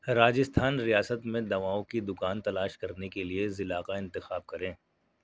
راجستھان ریاست میں دواؤں کی دوکان تلاش کرنے کے لیے ضلع کا انتخاب کریں